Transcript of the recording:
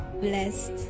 blessed